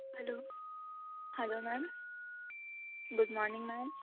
hello hello ma'am good morning ma'am